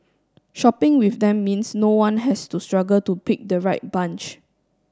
shopping with them means no one has to struggle to pick the right bunch